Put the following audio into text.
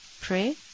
pray